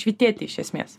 švytėti iš esmės